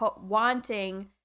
wanting